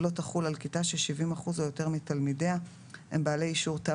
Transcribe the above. למידה מרחוק ולמידה מקוונת,